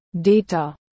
data